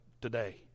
today